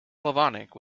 slavonic